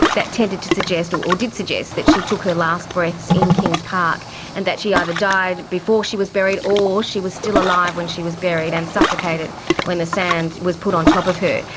that tended to suggest, or did suggest, that she took her last breaths in kings park and that she either died before she was buried or she was still alive when she was buried and suffocated when the sand was put on top of her.